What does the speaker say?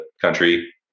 country